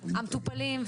המטופלים,